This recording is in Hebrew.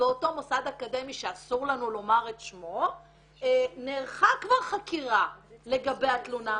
באותו מוסד אקדמי שאסור לנו לומר את שמו נערכה כבר חקירה לגבי התלונה,